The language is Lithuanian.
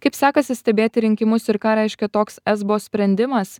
kaip sekasi stebėti rinkimus ir ką reiškia toks esbo sprendimas